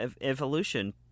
evolution